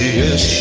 yes